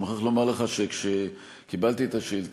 אני מוכרח לומר שכשקיבלתי את השאילתה,